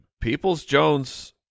Peoples-Jones